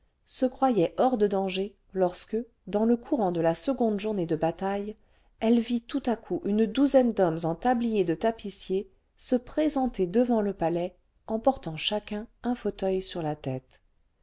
se croyait hors de danger lorsque dans le courant delà seconde journée de bataille elle vit tout à coup une prisonnière le vingtième siècle une douzaine d'hommes en tabliers de tapissiers se présenter devant le palais en portant chacun un fauteuil sur la tête